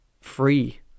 free